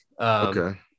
okay